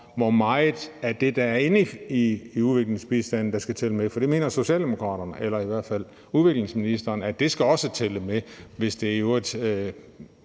hvor meget af det, der er inde i udviklingsbistanden, der skal tælle med, for Socialdemokraterne – eller i hvert fald udviklingsministeren – mener, at det også skal tælle med, hvis det i øvrigt